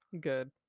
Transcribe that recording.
Good